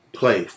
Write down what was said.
play